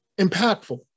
impactful